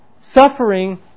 suffering